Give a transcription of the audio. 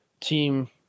team